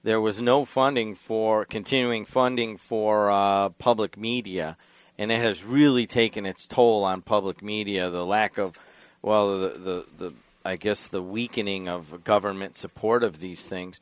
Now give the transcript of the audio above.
there was no funding for continuing funding for public media and it has really taken its toll on public media the lack of well the i guess the weakening of government support of these things